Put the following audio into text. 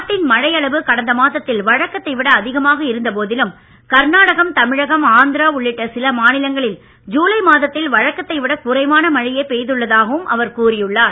நாட்டின் மழை அளவு கடந்த மாதத்தில் வழக்கத்தை விட அதிகமாக இருந்த போதிலும் கர்நாடகம் தமிழகம் ஆந்திரா உள்ளிட்ட சில மாநிலங்களில் ஜுலை மாதத்தில் வழக்கத்தை விட குறைவான மழையே பெய்துள்ளதாகவும் அவர் கூறியுள்ளார்